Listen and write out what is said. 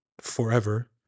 forever